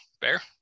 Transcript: Bear